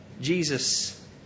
Jesus